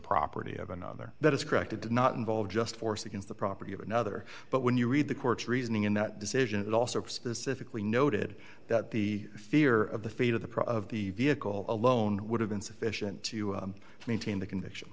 property of another that is correct it did not involve just force against the property of another but when you read the court's reasoning in that decision it also specifically noted that the fear of the fate of the price of the vehicle alone would have been sufficient to maintain the conviction